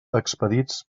expedits